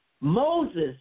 Moses